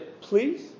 please